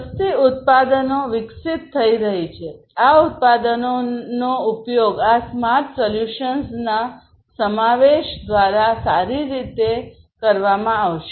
સસ્તી ઉત્પાદનો વિકસિત થઈ રહી છેઆ ઉત્પાદનોનો ઉપયોગ આ સ્માર્ટ સોલ્યુશન્સના સમાવેશ દ્વારા સારી રીતે કરવામાં આવશે